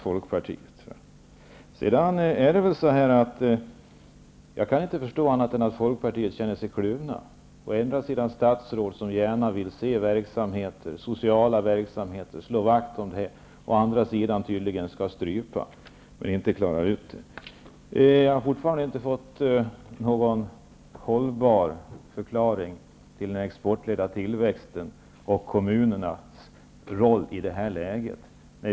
Folkpartiet. Jag kan inte förstå annat än att Folkpartiet måste känna sig kluvet. Å ena sidan har vi statsråd som gärna vill se sociala verksamheter och slå vakt om dem, å andra sidan skall dessa verksamheter tydligen strypas. Jag har fortfarande inte fått någon hållbar förklaring till den exportledda tillväxten och kommunernas roll i detta läge.